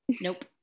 Nope